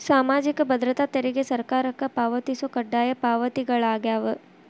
ಸಾಮಾಜಿಕ ಭದ್ರತಾ ತೆರಿಗೆ ಸರ್ಕಾರಕ್ಕ ಪಾವತಿಸೊ ಕಡ್ಡಾಯ ಪಾವತಿಗಳಾಗ್ಯಾವ